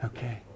Okay